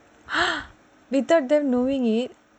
ah without them knowing it